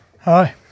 Hi